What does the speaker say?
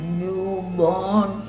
newborn